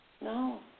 No